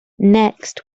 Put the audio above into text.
next